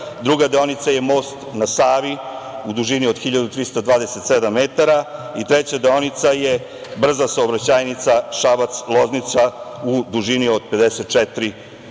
druga deonica je most na Savi u dužini od 1.327 metara i treća deonica je brza saobraćajnica Šabac-Loznica u dužini od 54,5 km.